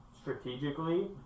strategically